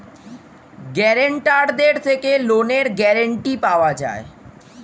গ্যারান্টারদের থেকে লোনের গ্যারান্টি পাওয়া যায়